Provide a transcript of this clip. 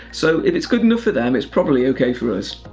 so if it's good enough for them it's probably ok for us.